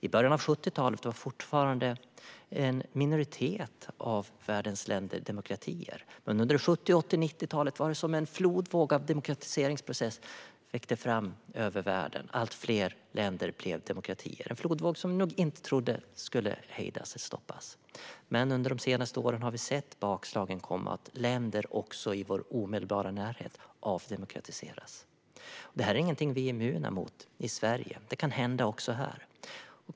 I början av 70-talet var fortfarande en minoritet av världens länder demokratier, men under 70-, 80 och 90-talen var det som att en flodvåg av demokratiseringsprocesser svepte fram över världen. Allt fler länder blev demokratier, och det var en flodvåg vi nog inte trodde skulle hejdas eller stoppas. Under de senaste åren har vi dock sett bakslagen komma och sett att länder även i vår omedelbara närhet avdemokratiseras. Det här är ingenting vi är immuna mot i Sverige; det kan hända också här.